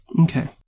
Okay